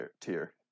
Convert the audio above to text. tier